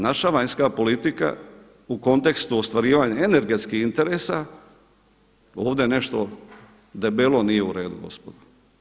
Naša vanjska politika u kontekstu ostvarivanja energetskih interesa ovdje nešto debelo nije u redu gospodo.